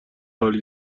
عالی